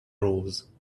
rose